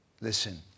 Listen